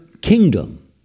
kingdom